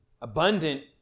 Abundant